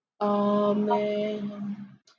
Amen